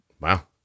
Wow